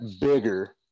bigger